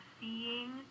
seeing